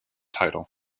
title